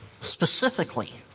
specifically